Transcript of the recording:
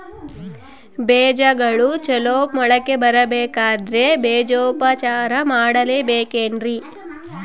ಬೇಜಗಳು ಚಲೋ ಮೊಳಕೆ ಬರಬೇಕಂದ್ರೆ ಬೇಜೋಪಚಾರ ಮಾಡಲೆಬೇಕೆನ್ರಿ?